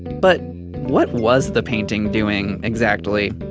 but what was the painting doing exactly?